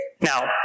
Now